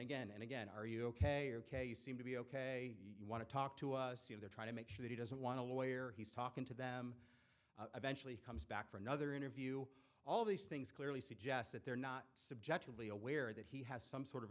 again and again are you ok or k you seem to be ok you want to talk to see if they're trying to make sure that he doesn't want to lawyer he's talking to them eventually comes back for another interview all these things clearly suggest that they're not subjectively aware that he has some sort of